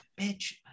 bitch